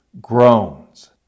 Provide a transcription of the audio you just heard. groans